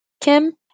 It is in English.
Kim